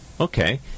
okay